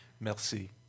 Merci